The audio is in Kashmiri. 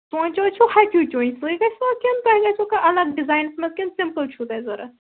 چونچہٕ حظ چھو ہَچو چونچہ سُے گَژھوا کِنہٕ تۄہہ گَژھوٕ کانہہ الگ ڈزاینس منٛز کِنہٕ سِمپٔل چھو تۄہہ ضوٚرت